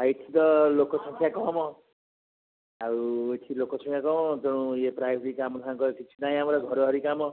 ଆଉ ଏଇଠି ତ ଲୋକ ସଂଖ୍ୟା କମ ଆଉ ଏଠି ଲୋକ ସଂଖ୍ୟା କମ ତେଣୁ ଇଏ ପ୍ରାୟ କାମ ଦାମ କିଛି ନାହିଁ ଆମର ଘରବାରି କାମ